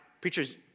preachers